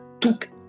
took